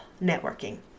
networking